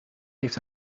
heeft